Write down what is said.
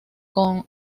con